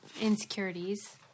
insecurities